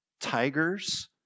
tigers